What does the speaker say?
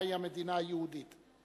ומהי המדינה היהודית.